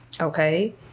Okay